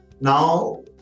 Now